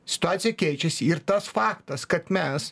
situacija keičiasi ir tas faktas kad mes